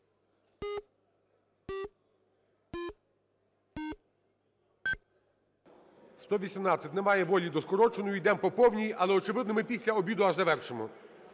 118 – немає волі до скороченої, йдемо по повній. Але, очевидно, ми після обіду аж завершимо.